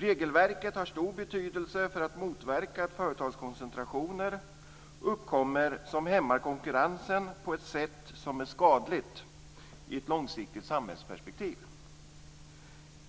Regelverket har stor betydelse för att motverka att det uppkommer företagskoncentrationer som hämmar konkurrensen på ett sätt som är skadligt i ett långsiktigt samhällsperspektiv.